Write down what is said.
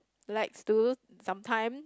likes to sometime